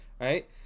right